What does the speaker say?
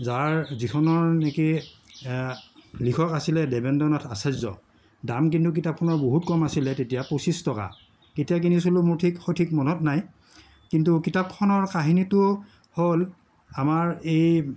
যাৰ যিখনৰ নেকি লিখক আছিলে দেৱেন্দ্ৰনাথ আচাৰ্য্য দাম কিন্তু কিতাপখনৰ বহুত কম আছিলে তেতিয়া পঁচিছ টকা কেতিয়া কিনিছিলো মোৰ ঠিক সঠিক মনত নাই কিন্তু কিতাপখনৰ কাহিনীটো হ'ল আমাৰ এই